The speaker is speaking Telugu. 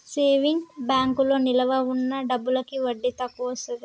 సేవింగ్ బ్యాంకులో నిలవ ఉన్న డబ్బులకి వడ్డీ తక్కువొస్తది